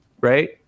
right